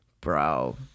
Bro